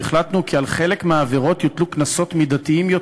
והחלטנו כי על חלק מהעבירות יוטלו קנסות מידתיים יותר,